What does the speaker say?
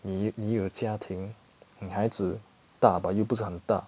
你你又家庭你孩子大 but 又不是很大